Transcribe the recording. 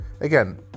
again